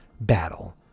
battle